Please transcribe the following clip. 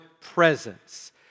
Presence